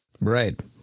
Right